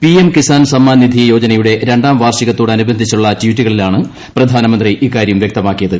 PM Kisan Samman Nidhi യോജനയുടെ രണ്ടാം വാർഷിക ത്തോടനുബന്ധിച്ചുള്ള ട്വീറ്റുകളിലാണ് പ്രധാനമന്ത്രി ഇക്കാര്യം വ്യക്തമാക്കിയത്